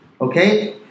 okay